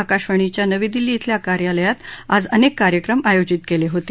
आकाशवाणीच्या नवी दिल्ली धिल्या कार्यालयात आज अनेक कार्यक्रम आयोजित केले होते